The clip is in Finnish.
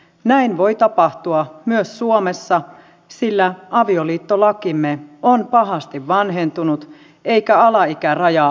näin voi tapahtua myös suomessa sillä avioliittolakimme on pahasti vanhentunut eikä alaikärajaa avioliitolle ole